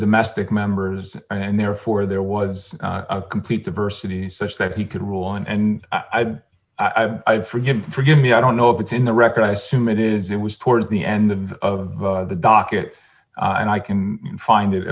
domestic members and therefore there was a complete diversity such that he could rule on and i've forgiven forgive me i don't know if it's in the record i assume it is it was towards the end of of the docket and i can find it